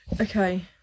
okay